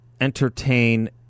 entertain